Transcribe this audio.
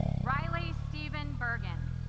riley stephen bergen